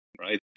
right